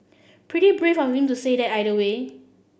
pretty brave of him to say that either way